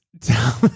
tell